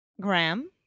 Graham